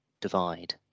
divide